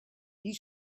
you